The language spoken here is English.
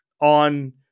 on